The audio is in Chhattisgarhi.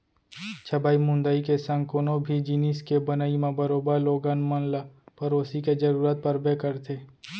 छबई मुंदई के संग कोनो भी जिनिस के बनई म बरोबर लोगन मन ल पेरोसी के जरूरत परबे करथे